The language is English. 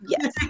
yes